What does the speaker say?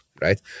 right